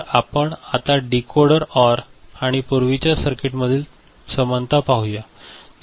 तर आपण आता डीकोडर ओर आणि पूर्वीच्या सर्किट मधील समानता पाहू या